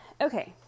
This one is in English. okay